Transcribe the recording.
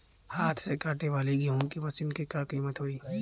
हाथ से कांटेवाली गेहूँ के मशीन क का कीमत होई?